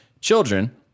children